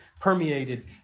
permeated